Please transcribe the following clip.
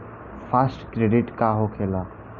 Fast credit का होखेला?